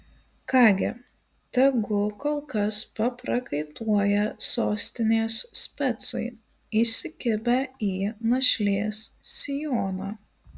ką gi tegu kol kas paprakaituoja sostinės specai įsikibę į našlės sijoną